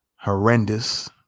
horrendous